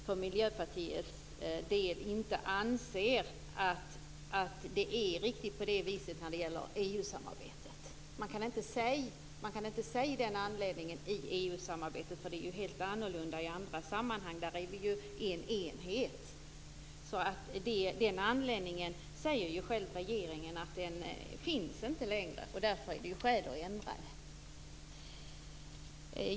För Miljöpartiets del anser jag inte att det är riktigt så när det gäller EU-samarbetet. Man kan inte ange den anledningen i EU-samarbetet, för där är det helt annorlunda i andra sammanhang. Där är vi en enhet. Den anledningen säger regeringen inte finns längre. Därför är det skäl att ändra det.